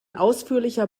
ausführlicher